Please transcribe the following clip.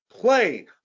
play